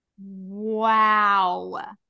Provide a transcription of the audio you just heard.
Wow